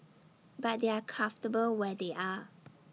but they are comfortable where they are